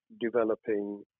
developing